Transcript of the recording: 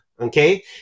Okay